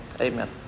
Amen